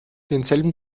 denselben